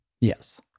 Yes